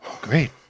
Great